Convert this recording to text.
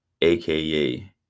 Aka